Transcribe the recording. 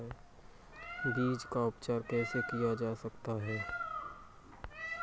बीज का उपचार कैसे किया जा सकता है?